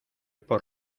por